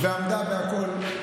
היא עמדה והכול.